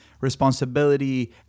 responsibility